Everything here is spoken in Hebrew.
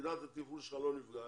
יחידת התפעול שלך לא נפגעת,